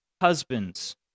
Husbands